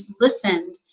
listened